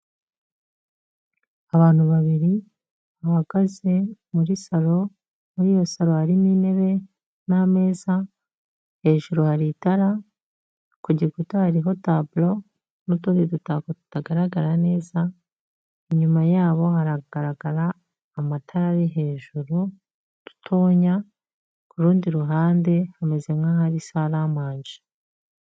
Abantu babiri bahagaze muri saro, muri iyo saro harimo intebe n'ameza, hejuru hari itara, ku gikuta hariho taburo n'utundi dutako tutagaragara neza, inyuma yabo hagaragara amatara ari hejuru dutonya, ku rundi ruhande hameze nk'ahari saramanje.